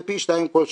זה פי 2 כל שנה.